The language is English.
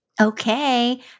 Okay